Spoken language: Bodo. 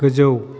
गोजौ